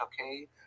Okay